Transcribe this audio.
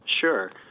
Sure